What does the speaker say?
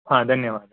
धन्यवाद